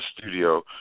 studio